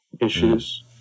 issues